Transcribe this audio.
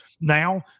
Now